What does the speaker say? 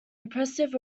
impressive